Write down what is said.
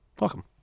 Welcome